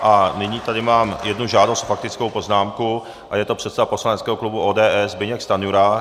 A nyní tady mám jednu žádost o faktickou poznámku a je to předseda poslaneckého klubu ODS Zbyněk Stanjura.